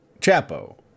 Chapo